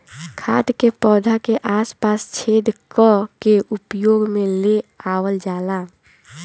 खाद के पौधा के आस पास छेद क के उपयोग में ले आवल जाला